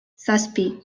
zazpi